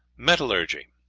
metallurgy